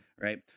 Right